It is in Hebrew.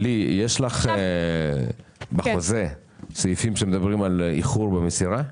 יש לך בחוזה סעיפים שמדברים על איחור במסירה?